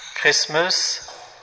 Christmas